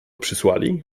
przysłali